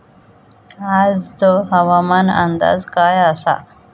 आजचो हवामान अंदाज काय आसा?